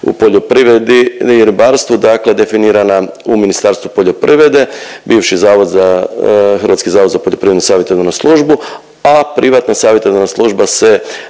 u poljoprivredi i ribarstvu, dakle definirana u Ministarstvu poljoprivrede. Bivši zavod za, Hrvatski zavod za poljoprivrednu i savjetodavnu službu, a privatna savjetodavna služba se